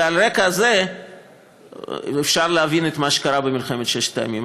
ועל רקע זה אפשר להבין את מה שקרה במלחמת ששת הימים.